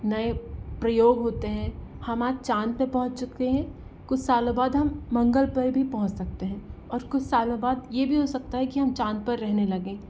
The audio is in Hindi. नए प्रयोग होते हैं हम आज चाँद पर पहुंच चूके हैं कुछ सालों बाद हम मंगल पर भी पहुंच सकते हैं और कुछ सालों बाद ये भी हो सकता है कि हम चाँद पर रहने लगें